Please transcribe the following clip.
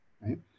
right